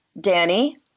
Danny